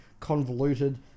convoluted